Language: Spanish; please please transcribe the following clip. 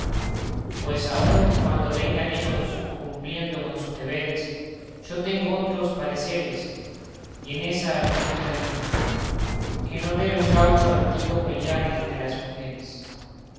pues aun cuando vengan ellos cumpliendo con su deberes yo tengo otros pareceres y en esa conduta vivo que no debe un gaucho altivo peliar entre las mujeres